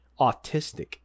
autistic